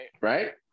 Right